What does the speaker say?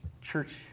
church